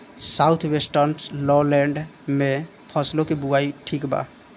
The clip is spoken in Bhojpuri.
साउथ वेस्टर्न लोलैंड में फसलों की बुवाई ठीक बा?